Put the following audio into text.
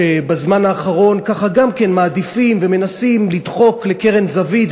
שבזמן האחרון ככה גם כן מעדיפים ומנסים לדחוק לקרן זווית,